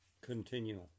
continue